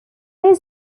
his